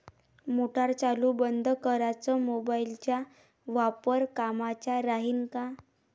Motor चालू बंद कराच मोबाईलचा वापर कामाचा राहीन का?